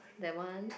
that one